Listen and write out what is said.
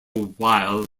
while